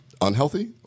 unhealthy